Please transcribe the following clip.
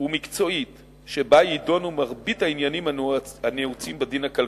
ומקצועית שבה יידונו מרבית העניינים הנעוצים בדין הכלכלי.